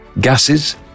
gases